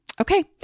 Okay